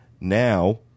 Now